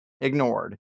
ignored